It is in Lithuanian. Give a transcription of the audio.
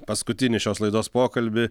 paskutinį šios laidos pokalbį